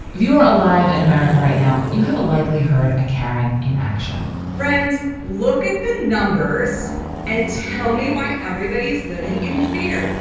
you are alive in america right now, you have a likely heard a karen in action friends. look at the numbers and tell me why everybody's living in fear.